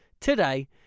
today